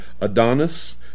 Adonis